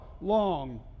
long